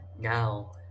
Now